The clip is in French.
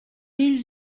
ils